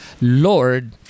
Lord